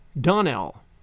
Donnell